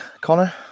connor